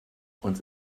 uns